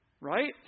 Right